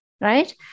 right